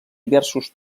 diversos